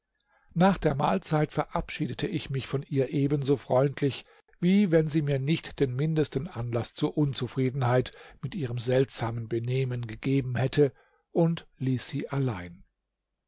nach der mahlzeit verabschiedete ich mich von ihr ebenso freundlich wie wenn sie mir nicht den mindesten anlaß zur unzufriedenheit mit ihrem seltsamen benehmen gegeben hätte und ließ sie allein